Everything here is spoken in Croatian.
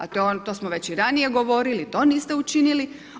A to smo već i ranije dogovorili, to niste učinili.